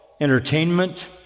entertainment